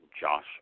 Josh